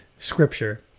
scripture